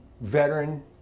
veteran